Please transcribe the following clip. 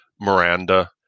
Miranda